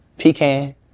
Pecan